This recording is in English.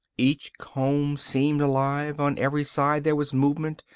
each comb seemed alive on every side there was movement,